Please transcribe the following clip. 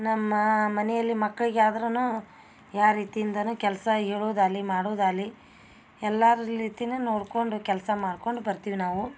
ನಮ್ಮ ಮನೆಯಲ್ಲಿ ಮಕ್ಳಿಗೆ ಆದರೂನು ಯಾ ರೀತಿಯಿಂದನು ಕೆಲಸ ಹೇಳೋದಾಗಲಿ ಮಾಡೋದಾಗಲಿ ಎಲ್ಲಾ ರೀತಿನು ನೋಡ್ಕೊಂಡು ಕೆಲಸ ಮಾಡ್ಕೊಂಡು ಬರ್ತೀವಿ ನಾವು